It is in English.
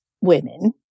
women